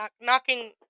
Knocking